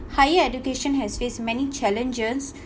higher education has faced many challenges